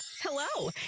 hello